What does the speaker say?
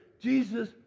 Jesus